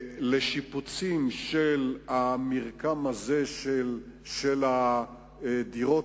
לשיפוצים של המרקם הזה של הדירות,